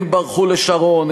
הם ברחו לשרון,